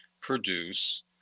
produce